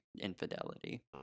infidelity